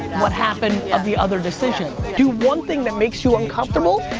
what happened of the other decision. do one thing that makes you uncomfortable,